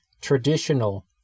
traditional